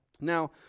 Now